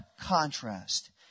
contrast